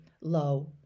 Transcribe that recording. low